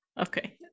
Okay